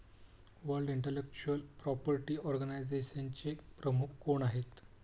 World intellectual property ऑर्गनायझेशनचे प्रमुख कोण आहेत?